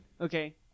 Okay